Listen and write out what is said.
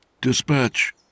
Dispatch